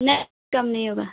नहीं कम नहीं होगा